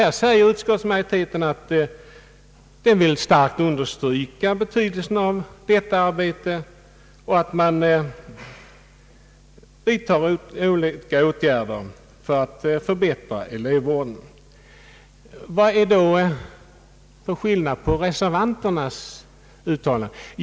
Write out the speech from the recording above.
Här säger utskottsmajoriteten att man starkt vill understryka betydelsen av detta arbete och av att vidta olika åtgärder för att förbättra elevvården. Vad är det då för skillnad mellan detta och reservanternas uttalanden?